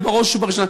ובראש ובראשונה,